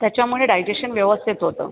त्याच्यामुळे डायजेशन व्यवस्थित होतं